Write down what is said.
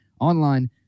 online